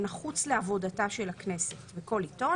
הנחוץ לעבודתה של הכנסת ומכל עיתון,